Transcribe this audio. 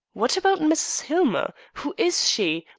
what about mrs. hillmer? who is she?